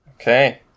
Okay